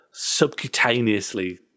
subcutaneously